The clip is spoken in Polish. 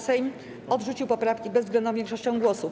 Sejm odrzucił poprawki bezwzględną większością głosów.